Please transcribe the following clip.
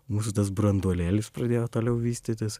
mūsų tas branduolėlis pradėjo toliau vystytis